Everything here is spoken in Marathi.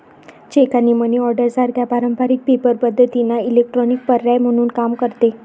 चेक आणि मनी ऑर्डर सारख्या पारंपारिक पेपर पद्धतींना इलेक्ट्रॉनिक पर्याय म्हणून काम करते